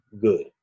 good